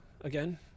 again